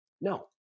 No